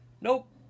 nope